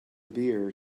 beer